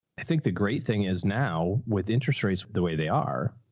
i think the great thing is now with interest rates, the way they are,